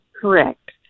Correct